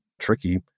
tricky